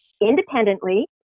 independently